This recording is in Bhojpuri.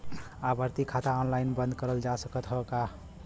आवर्ती खाता ऑनलाइन बन्द करल जा सकत ह का?